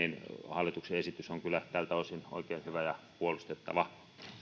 hallituksen esitys on kyllä tältä osin oikein hyvä ja puolustettava